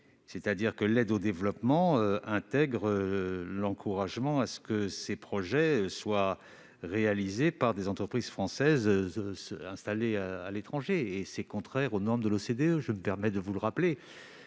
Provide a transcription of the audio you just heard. souhaitez que l'aide au développement intègre l'encouragement à la réalisation de projets par des entreprises françaises installées à l'étranger. Or c'est contraire aux normes de l'OCDE, je me permets de vous le rappeler,